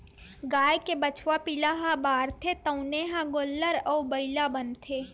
गाय के बछवा पिला ह बाढ़थे तउने ह गोल्लर अउ बइला बनथे